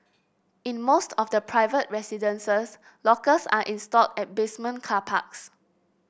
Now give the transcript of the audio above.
in most of the private residences lockers are installed at basement car parks